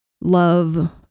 love